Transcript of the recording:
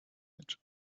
edge